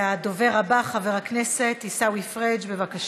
הדובר הבא, חבר הכנסת עיסאווי פריג', בבקשה.